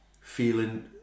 feeling